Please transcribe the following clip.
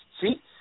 See